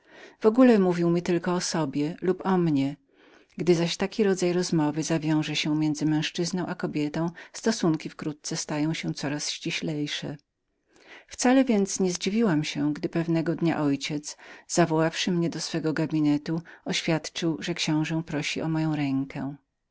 w ogóle mówił mi tylko o sobie lub o mnie o mnie lub osobieo sobie gdy zaś taki rodzaj rozmowy zawiąże się między męzczyzną a kobietą stosunki wkrótce stają się coraz ściślejszemi wcale więc nie zdziwiłam się gdy pewnego dnia ojciec zawoławszy mnie do swego gabinetu oświadczył że książe prosi o moją rękę